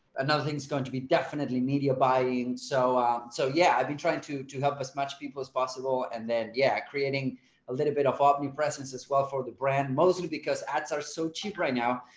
another thing is going to be definitely media buying so so yeah, i'd be trying to to help as much people as possible and then yeah, creating a little bit of ah but offline presence as well for the brand mostly because ads are so cheap right now.